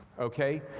Okay